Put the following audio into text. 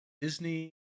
Disney